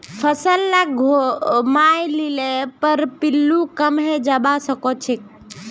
फसल लाक घूमाय लिले पर पिल्लू कम हैं जबा सखछेक